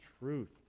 truth